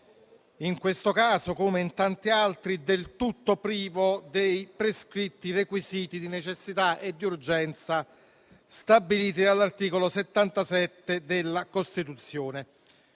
in questo caso - come in tanti altri - del tutto privo dei prescritti requisiti di necessità e urgenza stabiliti dall'articolo 77 della Costituzione.